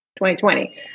2020